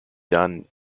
done